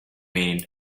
mean